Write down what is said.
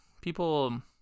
People